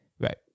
Right